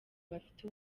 bafite